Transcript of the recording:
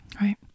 Right